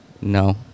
no